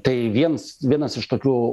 tai viens vienas iš tokių